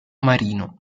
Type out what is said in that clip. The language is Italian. marino